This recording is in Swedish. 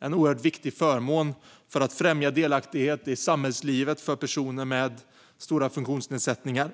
en oerhört viktig förmån för att främja delaktighet i samhällslivet för personer med stora funktionsnedsättningar.